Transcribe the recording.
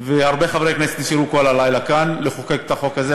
והרבה חברי כנסת נשארו כל הלילה כאן לחוקק את החוק הזה,